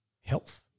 health